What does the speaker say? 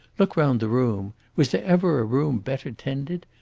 look round the room. was there ever a room better tended?